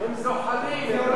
הם זוחלים.